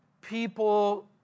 people